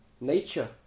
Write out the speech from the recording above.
nature